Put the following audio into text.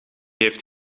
heeft